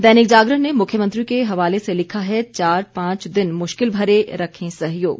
दैनिक जागरण ने मुख्यमंत्री के हवाले से लिखा है चार पांच दिन मुश्किल भरे रखें सहयोग